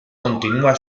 continua